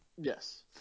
yes